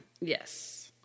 Yes